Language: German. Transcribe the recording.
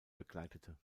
begleitete